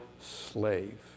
slave